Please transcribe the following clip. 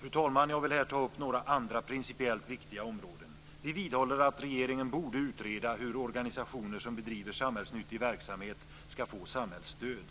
Fru talman! Jag vill här ta upp några andra principiellt viktiga områden. Vi vidhåller att regeringen borde utreda hur organisationer som bedriver samhällsnyttig verksamhet skall få samhällsstöd.